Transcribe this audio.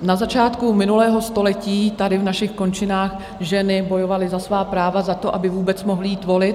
Na začátku minulého století tady v našich končinách ženy bojovaly za svá práva, za to, aby vůbec mohly jít volit.